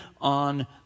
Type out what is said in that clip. on